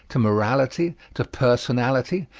to morality, to personality,